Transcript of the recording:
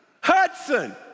Hudson